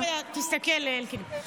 תודה רבה, אדוני היושב-ראש.